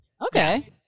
okay